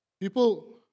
People